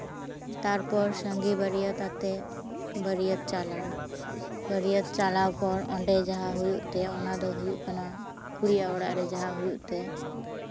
ᱛᱟᱨᱯᱚᱨ ᱥᱟᱸᱜᱮ ᱵᱟᱹᱨᱭᱟᱹᱛ ᱟᱛᱮᱜ ᱵᱟᱹᱨᱭᱟᱹᱛ ᱪᱟᱞᱟᱣ ᱵᱟᱹᱨᱭᱟᱹᱛ ᱪᱟᱞᱟᱣ ᱯᱚᱨ ᱚᱸᱰᱮ ᱡᱟᱦᱟᱸ ᱦᱩᱭᱩᱜ ᱛᱮ ᱚᱱᱟ ᱫᱚ ᱦᱩᱭᱩᱜ ᱠᱟᱱᱟ ᱠᱩᱲᱤᱭᱟᱜ ᱚᱲᱟᱜ ᱨᱮ ᱡᱟᱦᱟᱸ ᱦᱩᱭᱩᱜ ᱛᱮ